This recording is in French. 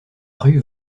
rue